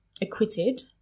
acquitted